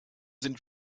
sind